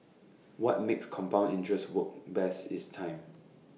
what makes compound interest work best is time